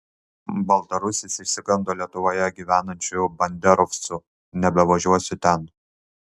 baltarusis išsigando lietuvoje gyvenančių banderovcų nebevažiuosiu ten